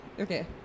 Okay